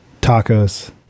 tacos